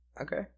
Okay